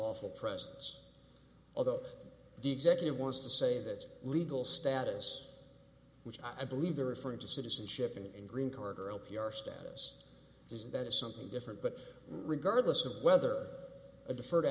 lawful presence although the executive wants to say that legal status which i believe they're referring to citizenship in green card or l p r status is that is something different but regardless of whether a deferred